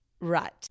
Right